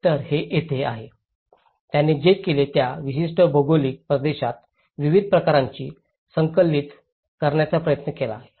तर हे येथे आहे त्यांनी जे केले ते त्या विशिष्ट भौगोलिक प्रदेशात विविध प्रकारची संकलित करण्याचा प्रयत्न केला गेला